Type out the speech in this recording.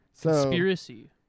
Conspiracy